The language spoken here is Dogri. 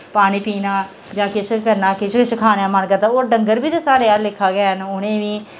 पानी पीना जां किश करना किश किश खाने दा मन करदा और डंगर बी ते साढ़े आह्ले लेखा गै न उ'नें बी